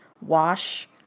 wash